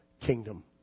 kingdom